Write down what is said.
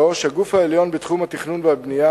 3. הגוף העליון בתחום התכנון והבנייה,